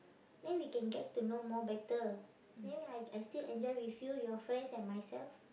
then we can get to know more better then ya I I still enjoy with you your friends and myself